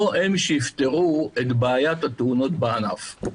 לא הוא שיפתור את בעיית התאונות בענף.